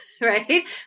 right